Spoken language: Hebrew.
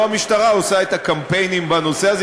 לא המשטרה עושה את הקמפיינים בנושא הזה.